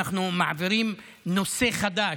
אנחנו מעבירים נושא חדש.